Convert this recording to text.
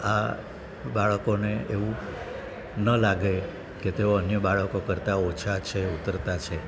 આ બાળકોને એવું ન લાગે કે તેઓ અન્ય બાળકો કરતાં ઓછાં છે ઉતરતાં છે